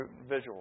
visualize